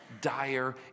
dire